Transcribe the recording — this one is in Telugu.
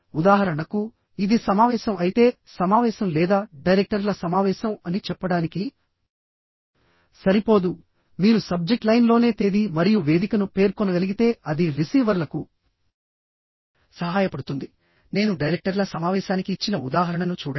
ఉదాహరణకు ఇది సమావేశం అయితే సమావేశం లేదా డైరెక్టర్ల సమావేశం అని చెప్పడానికి సరిపోదు మీరు సబ్జెక్ట్ లైన్లోనే తేదీ మరియు వేదికను పేర్కొనగలిగితే అది రిసీవర్లకు సహాయపడుతుంది నేను డైరెక్టర్ల సమావేశానికి ఇచ్చిన ఉదాహరణను చూడండి